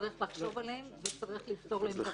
צריך לחשוב עליהם וצריך לפתור להם את הבעיה.